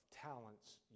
talents